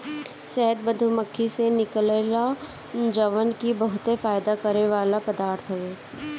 शहद मधुमक्खी से निकलेला जवन की बहुते फायदा करेवाला पदार्थ हवे